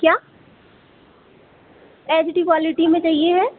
क्या H D quality में चाहिए है